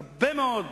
הרבה מאוד,